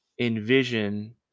envision